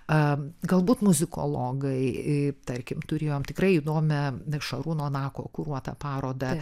a galbūt muzikologai tarkim turėjom tikrai įdomią šarūno nako kuruotą parodą